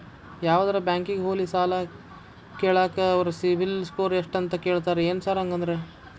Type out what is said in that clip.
ಯಾವದರಾ ಬ್ಯಾಂಕಿಗೆ ಹೋಗ್ಲಿ ಸಾಲ ಕೇಳಾಕ ಅವ್ರ್ ಸಿಬಿಲ್ ಸ್ಕೋರ್ ಎಷ್ಟ ಅಂತಾ ಕೇಳ್ತಾರ ಏನ್ ಸಾರ್ ಹಂಗಂದ್ರ?